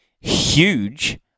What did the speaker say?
huge